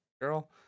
girl